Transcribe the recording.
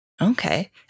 Okay